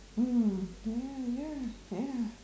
mm ya ya ya